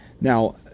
Now